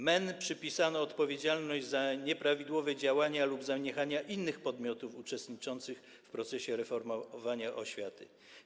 MEN przypisano odpowiedzialność za nieprawidłowe działania lub zaniechania innych podmiotów uczestniczących w procesie reformowania oświaty.